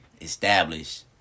Establish